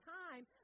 time